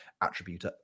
attribute